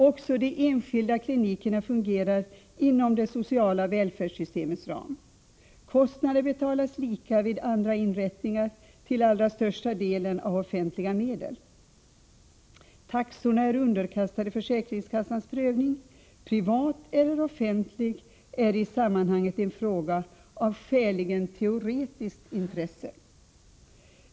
Också de enskilda klinikerna fungerar inom det sociala välfärdssystemets ram. Kostnaderna betalas liksom vid andra inrättningar till allra största delen av offentliga medel. Taxorna är underkastade försäkringskassans prövning. Privat” eller offentlig” är i sammanhanget en fråga av skäligen teoretiskt intresse.